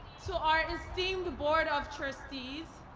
so our esteemed board of trustees,